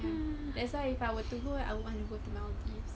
that's why if I were to go I want to go to maldives